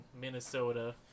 Minnesota